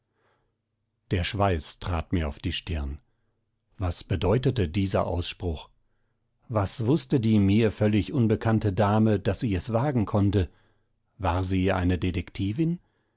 der schweiß trat mir auf die stirn was bedeutete dieser ausspruch was wußte die mir völlig unbekannte dame daß sie es wagen konnte war sie eine detektivin